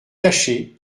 caché